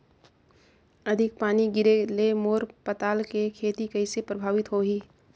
अधिक पानी गिरे ले मोर पताल के खेती कइसे प्रभावित होही?